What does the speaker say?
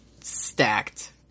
stacked